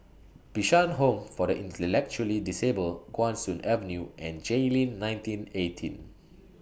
Bishan Home For The Intellectually Disabled Guan Soon Avenue and Jayleen nineteen eighteen